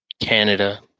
Canada